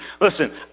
Listen